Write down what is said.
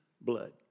blood